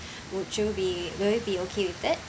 would you be will it be okay with that